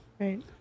Right